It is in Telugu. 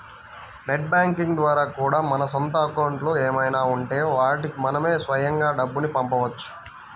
నెట్ బ్యాంకింగ్ ద్వారా కూడా మన సొంత అకౌంట్లు ఏమైనా ఉంటే వాటికి మనమే స్వయంగా డబ్బుని పంపవచ్చు